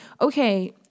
okay